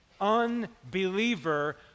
unbeliever